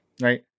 right